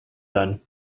then